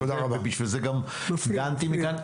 ובשביל זה גם הגעתם לכאן.